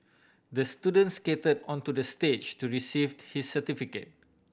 the student skated onto the stage to receive his certificate